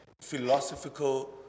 philosophical